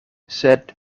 sed